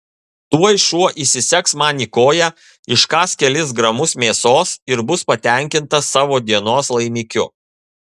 tuoj šuo įsisegs man į koją iškąs kelis gramus mėsos ir bus patenkintas savo dienos laimikiu